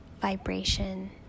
vibration